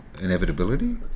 inevitability